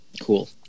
Cool